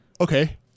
Okay